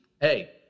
hey